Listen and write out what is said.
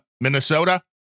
Minnesota